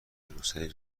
روسری